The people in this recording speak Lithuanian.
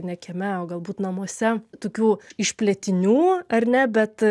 ne kieme o galbūt namuose tokių išplėtinių ar ne bet